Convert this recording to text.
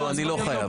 לא, אני לא חייב.